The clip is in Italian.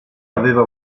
aveva